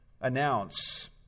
announce